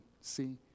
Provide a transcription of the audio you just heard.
see